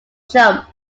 jump